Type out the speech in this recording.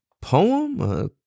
poem